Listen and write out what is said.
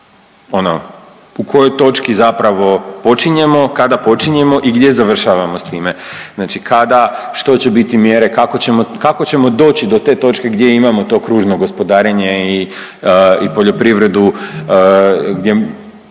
u kojoj točki zapravo počinjemo kada počinjemo i gdje završavamo s time, znači kada, što će biti mjere, kako ćemo, kako ćemo doći do te točke gdje imamo to kružno gospodarenje i, i poljoprivredu gdje,